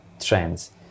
trends